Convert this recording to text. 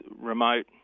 remote